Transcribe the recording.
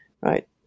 right